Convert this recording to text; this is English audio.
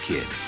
Kid